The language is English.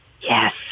Yes